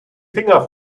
finger